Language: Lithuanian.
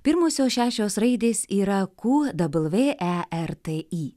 pirmosios šešios raidės yra ku dabl vė e r t i